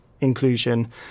inclusion